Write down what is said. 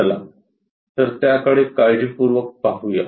चलातर त्याकडे काळजीपूर्वक पाहूया